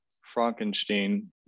Frankenstein